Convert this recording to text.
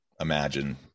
imagine